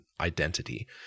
identity